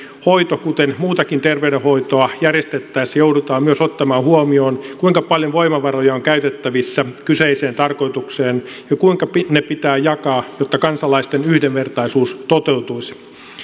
hoitoa kuten muutakin ter veydenhoitoa järjestettäessä joudutaan myös ottamaan huomioon kuinka paljon voimavaroja on käytettävissä kyseiseen tarkoitukseen ja kuinka ne pitää jakaa jotta kansalaisten yhdenvertaisuus toteutuisi